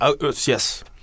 Yes